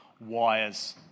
wires